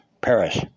Paris